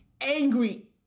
angry